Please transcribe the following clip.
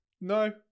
No